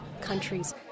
countries